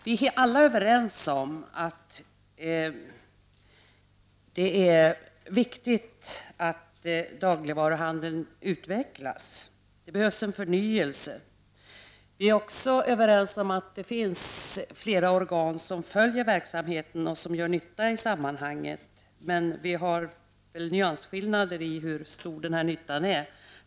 Vi är alla överens om att det är viktigt att dagligvaruhandeln utvecklas. Det behövs en förnyelse. Vi är också överens om att det finns flera organ som följer verksamheten och som gör nytta i sammanhanget, men vi har väl litet nyansskillnader när det gäller hur stor den nyttan är.